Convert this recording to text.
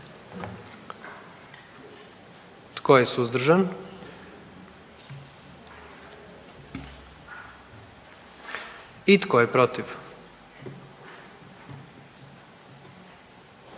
Tko je suzdržan? I tko je protiv?